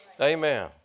Amen